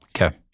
Okay